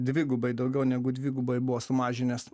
dvigubai daugiau negu dvigubai buvo sumažinęs